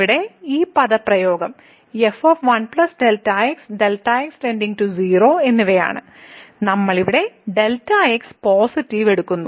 ഇവിടെ ഈ പദപ്രയോഗം f 1 Δ x Δ x → 0 എന്നിവയാണ് നമ്മൾ ഇവിടെ Δx പോസിറ്റീവ് എടുക്കുന്നു